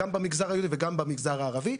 גם במגזר היהודי וגם במגזר הערבי.